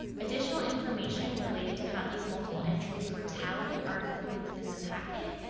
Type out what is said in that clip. additional information related to how these multiple entries were tallied are included within the packet,